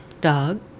dog